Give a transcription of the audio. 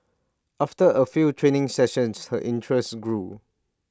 after A few training sessions her interest grew